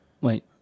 Wait